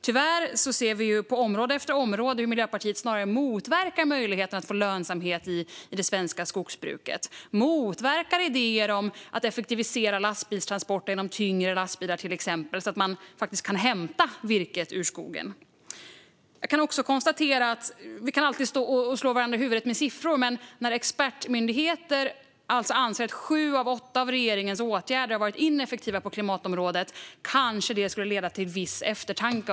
Tyvärr ser vi på område efter område hur Miljöpartiet snarare motverkar möjligheten att få lönsamhet i det svenska skogsbruket. Man motverkar idéer om att effektivisera lastbilstransporter genom till exempel tyngre lastbilar, så att man faktiskt kan hämta virket ur skogen. Vi kan alltid stå och slå varandra i huvudet med siffror, men när expertmyndigheter anser att sju av åtta av regeringens åtgärder på klimatområdet har varit ineffektiva kanske det skulle leda till viss eftertanke.